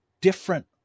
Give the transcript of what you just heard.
different